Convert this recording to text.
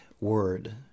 word